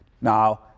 Now